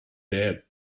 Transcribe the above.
that